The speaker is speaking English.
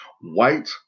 white